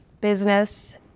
business